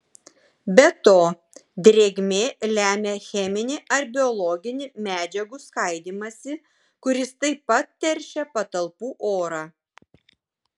be to drėgmė lemia cheminį ar biologinį medžiagų skaidymąsi kuris taip pat teršia patalpų orą